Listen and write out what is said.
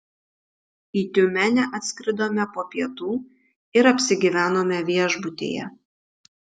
į tiumenę atskridome po pietų ir apsigyvenome viešbutyje